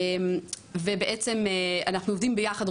אז אנחנו עובדים ביחד,